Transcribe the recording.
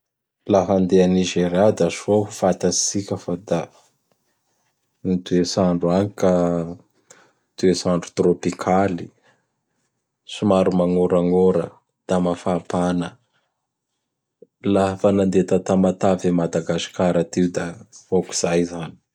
Laha handeha a Nizeria da soa ho fatatsitsika fa da gn toets'andro ka toets'andro trôpikaly. Somary magnoragnora da mafapana. Laha fa nandeha ta Tamatavy a Madagasikara atoy da hôkizay zany.